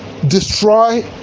destroy